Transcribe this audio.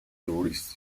tourist